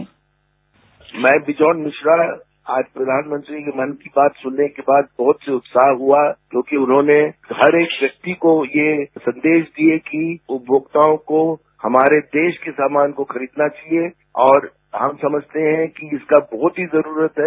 bite श्रोता मैं बिजॉन मिश्रा आज प्रधानमंत्री के मन की बात सुनने के बाद बहुत से उत्साह हुआ क्योंकि उन्होंने हर एक व्यक्ति को ये संदेश दिया कि उपभोक्ताओं को हमारे देश के सामान को खरीदना चाहिए और हम समझते हैं कि इसका बहुत ही जरूरत है